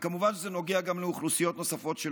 וכמובן שזה נוגע גם לאוכלוסיות נוספות,